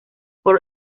por